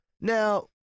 now